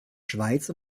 schweiz